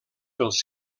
pels